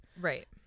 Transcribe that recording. right